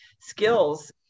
skills